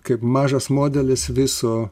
kaip mažas modelis viso